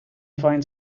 finds